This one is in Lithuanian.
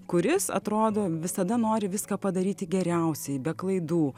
kuris atrodo visada nori viską padaryti geriausiai be klaidų